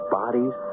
bodies